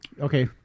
Okay